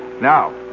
Now